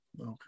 Okay